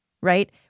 right